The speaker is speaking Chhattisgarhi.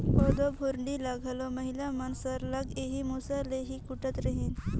कोदो भुरडी ल घलो महिला मन सरलग एही मूसर ले ही कूटत रहिन